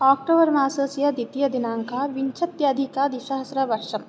आक्टोबर्मासस्य द्वितीयदिनाङ्कः विंशत्यधिकद्विसहस्रवर्षं